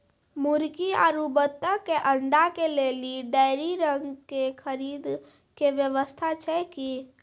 मुर्गी आरु बत्तक के अंडा के लेली डेयरी रंग के खरीद के व्यवस्था छै कि?